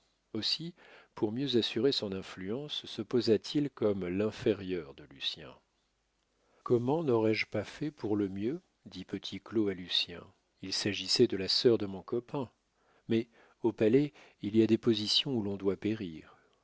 aussi pour mieux assurer son influence se posa t il comme l'inférieur de lucien comment n'aurais-je pas fait pour le mieux dit petit claud à lucien il s'agissait de la sœur de mon copin mais au palais il y a des positions où l'on doit périr